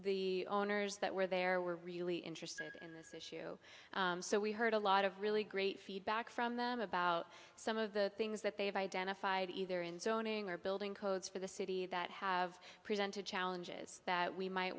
the owners that were there were really interested in this issue so we heard a lot of really great feedback from them about some of the things that they have identified either in zoning or building codes for the city that have presented challenges that we might